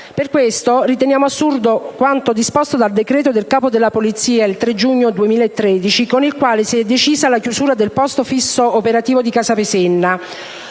Per questo riteniamo assurdo quanto disposto da un decreto del Capo della Polizia il 3 giugno 2013 con il quale si è decisa la chiusura del posto fisso operativo di Casapesenna,